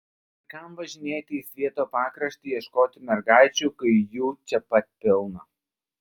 ir kam važinėti į svieto pakraštį ieškoti mergaičių kai jų čia pat pilna